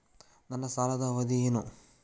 ನನ್ನ ಸಾಲದ ಅವಧಿ ಏನು?